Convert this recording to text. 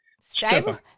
Stable